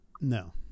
No